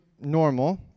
normal